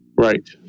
Right